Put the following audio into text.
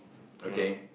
okay